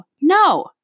No